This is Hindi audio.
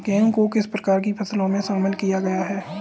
गेहूँ को किस प्रकार की फसलों में शामिल किया गया है?